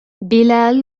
بلال